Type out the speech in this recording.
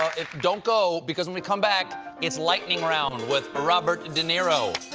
don't go, because when we come back it's lightning round with robert de niro.